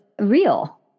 real